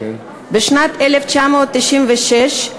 בשנת 1996,